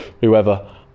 whoever